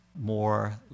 more